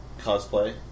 cosplay